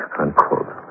unquote